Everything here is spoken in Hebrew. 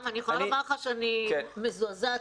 למרות שאני מעריך את הניסיון שלה להסביר.